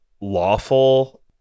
lawful